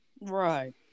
Right